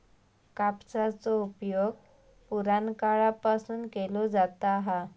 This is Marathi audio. कापसाचो उपयोग पुराणकाळापासून केलो जाता हा